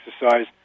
exercise